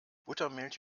buttermilch